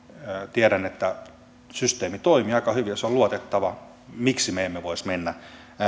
tiedän että systeemi toimii aika hyvin ja se on luotettava miksi me emme siihen voisi mennä